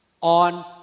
on